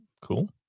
Cool